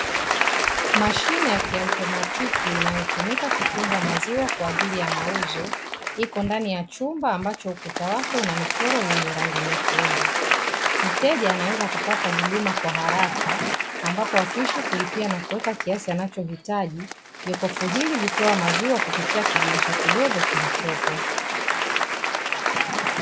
Mashine ya kiautomatiki inayotumika kutunza maziwa kwa ajili ya mauzo, iko ndani ya chumba ambacho ukuta wake una michoro yenye rangi nyekundu. Mteja anaweza kupata huduma kwa haraka ambapo akisha kulipia na kuweka kiasi anachohitaji, jokofu hili hutoa maziwa kupitia kidirisha kidogo kilichokuwepo.